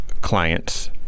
clients